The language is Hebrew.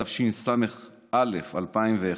התשס"א 2001,